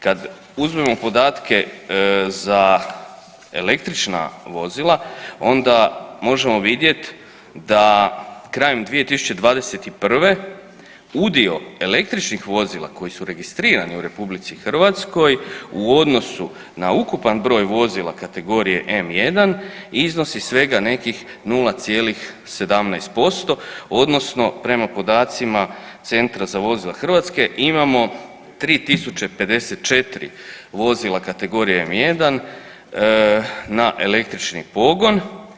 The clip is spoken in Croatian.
Kad uzmemo podatke za električna vozila onda možemo vidjet da krajem 2021. udio električnih vozila koji su registrirani u RH u odnosu na ukupan broj vozila kategorije M1 iznosi svega nekih 0,17% odnosno prema podacima Centra za vozila Hrvatske imamo 3.054 vozila kategorije M1 na električni pogon.